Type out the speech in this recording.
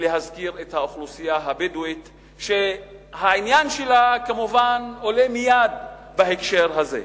ולהזכיר את האוכלוסייה הבדואית שהעניין שלה כמובן עולה מייד בהקשר הזה.